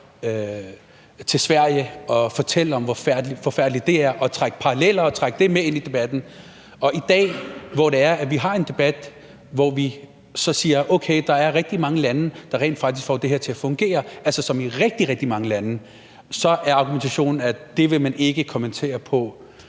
til Sverige og fortælle om, hvor forfærdeligt det er, og trække paralleller og trække det med ind i debatten, og at argumentationen i dag, hvor det er, at vi har en debat, hvor vi så siger, at okay, der er rigtig mange lande, der rent faktisk får det her til at fungere – som i rigtig, rigtig mange lande – så er, at det vil man ikke kommentere på.